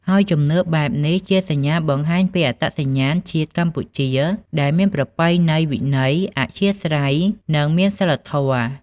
ហើយជំនឿបែបនេះជាសញ្ញាបង្ហាញពីអត្តសញ្ញាណជាតិកម្ពុជាដែលមានប្រពៃណីវិន័យ អធ្យាស្រ័យ និងមានសីលធម៌។